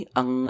ang